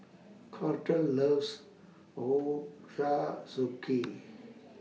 Colter loves Ochazuke